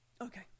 Okay